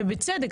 ובצדק.